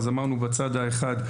אז אמרנו בצד האחד,